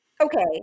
Okay